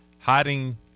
hiding